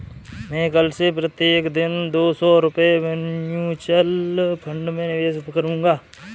मैं कल से प्रत्येक दिन दो सौ रुपए म्यूचुअल फ़ंड में निवेश करूंगा